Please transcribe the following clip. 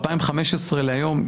2015 להיום,